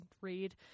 read